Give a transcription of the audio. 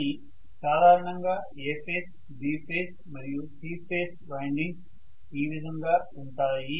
కానీ సాధారణంగా A phase B phase మరియు C ఫేజ్ వైండింగ్స్ ఈ విధంగా ఉంటాయి